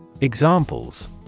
Examples